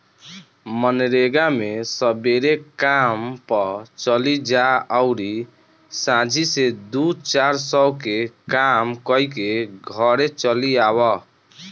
मनरेगा मे सबेरे काम पअ चली जा अउरी सांझी से दू चार सौ के काम कईके घरे चली आवअ